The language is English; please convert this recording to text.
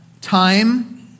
Time